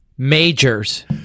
Majors